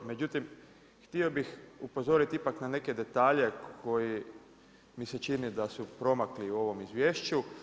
Međutim, htio bih upozoriti na neke detalje, koji mi se čini da su promakli u ovom izvješću.